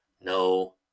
no